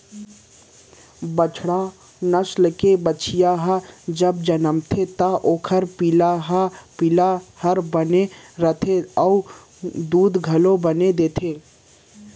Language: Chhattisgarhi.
बड़का नसल के बछिया ह जब जनमथे त ओकर पिला हर बने रथे अउ दूद घलौ बने देथे